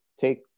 take